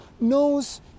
knows